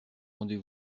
rendez